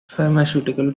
pharmaceutical